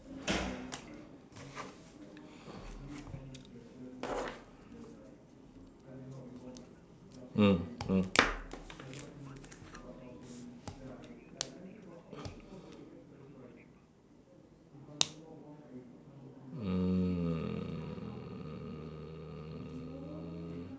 mm mm mm